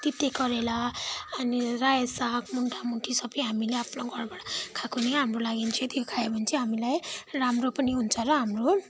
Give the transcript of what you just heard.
तिते करेला अनि रायो साग मुन्टा मुन्टी सबै हामीले आफ्नो घरबाट खाएकोले हाम्रो लागिन चाहिँ त्यो खायो भने चाहिँ हामीलाई राम्रो पनि हुन्छ र हाम्रो